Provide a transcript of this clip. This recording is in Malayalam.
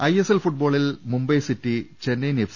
ഐഎസ്എൽ ഫുട്ബോളിൽ മുംബൈ സിറ്റി ചെന്നൈയിൻ എഫ്